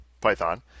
Python